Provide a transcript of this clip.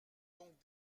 donc